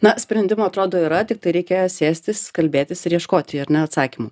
na sprendimų atrodo yra tiktai reikia sėstis kalbėtis ir ieškoti ar ne atsakymų